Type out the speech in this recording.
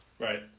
Right